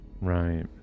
Right